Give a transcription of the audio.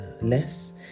less